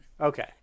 Okay